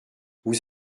vous